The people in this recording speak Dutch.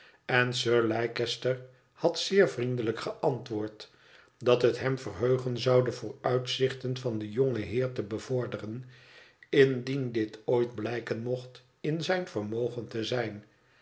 en sir leicester had zeer vriendelijk geantwoord dat het hem verheugen zou de vooruitzichten van den jongen heer te bevorderen indien dit ooit blijken mocht in zijn vermogen te zijn